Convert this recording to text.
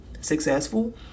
successful